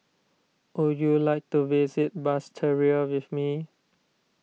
would you like to visit Basseterre with me